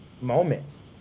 moments